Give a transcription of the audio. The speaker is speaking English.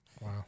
Wow